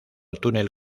túnel